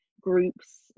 groups